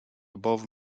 above